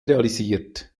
realisiert